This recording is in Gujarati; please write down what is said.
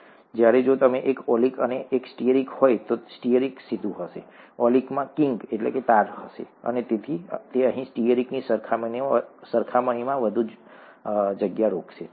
જ્યારે જો તે એક ઓલીક અને એક સ્ટીયરીક હોય તો સ્ટીયરીક સીધુ હશે ઓલીકમાં કિંકતાર હશે અને તેથી તે અહીં સ્ટીયરીકની સરખામણીમાં વધુ જગ્યા રોકશે ઠીક છે